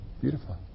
Beautiful